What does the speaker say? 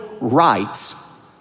rights